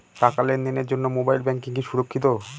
টাকা লেনদেনের জন্য মোবাইল ব্যাঙ্কিং কি সুরক্ষিত?